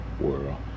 world